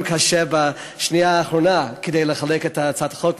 קשה בשנייה האחרונה כדי לחלק את הצעת החוק,